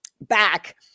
back